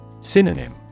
Synonym